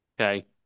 Okay